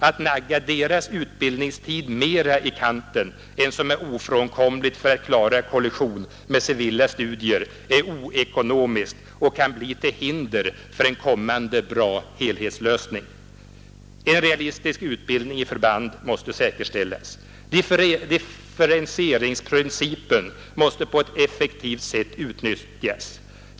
Att nagga deras utbildningstid mera i kanten än som är ofrånkomligt för att klara kollision med civila studier är oekonomiskt och kan bli till hinder för en kommande bra helhetslösning. En realistisk utbildning i förband måste säkerställas. Differentieringsprincipen måste på ett effektivt sätt utnyttjas.